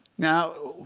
now